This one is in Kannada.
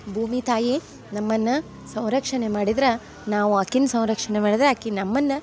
ಭೂಮಿತಾಯಿ ನಮ್ಮನ್ನ ಸಂರಕ್ಷಣೆ ಮಾಡಿದ್ರೆ ನಾವು ಆಕಿನ ಸಂಕ್ಷಣೆ ಮಾಡಿದ್ರೆ ಅಕಿ ನಮ್ಮನ್ನ